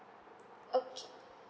okay